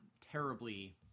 terribly